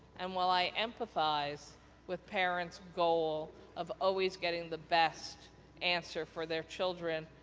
and while i empathize with parents' goals of always getting the best answer for their children,